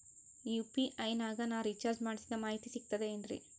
UPI ನಾಗ ನಾ recharge ಮಾಡಿಸಿದ ಮಾಹಿತಿ ಸಿಕ್ತದೆ ಏನ್ರಿ?